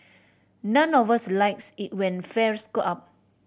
none of us likes it when fares go up